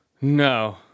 No